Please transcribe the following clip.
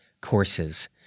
courses